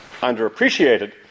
underappreciated